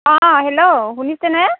অঁ হেল্ল' শুনিছেনে